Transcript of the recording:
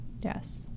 Yes